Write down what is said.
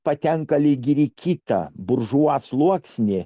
patenka lyderiai kitą buržua sluoksnį